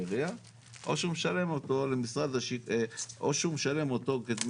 או שהוא משלם אותו לעירייה או שהוא משלם אותו כדמי